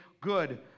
good